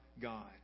God